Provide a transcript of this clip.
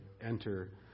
enter